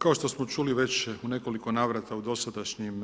Kao što smo čuli već u nekoliko navrata, u dosadašnjim